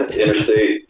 interstate